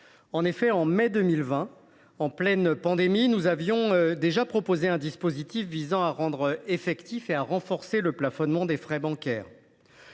En effet, en mai 2020, en pleine pandémie, nous avions déjà proposé un dispositif visant à rendre effectif et à renforcer le plafonnement des frais bancaires.